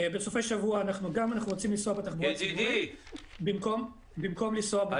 בסופי שבוע אנחנו גם רוצים לנסוע בתחבורה ציבורית במקום לנסוע ברכבות.